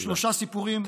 שלושה סיפורים.